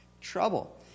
trouble